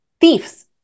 thieves